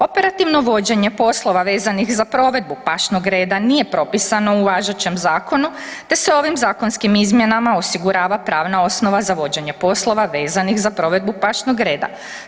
Operativno vođenje poslova vezanih za provedbu pašnog reda nije propisano u važećem zakonu te se ovim zakonskim izmjenama osigurava pravna osnova za vođenje poslova vezanih za provedbu pašnog reda.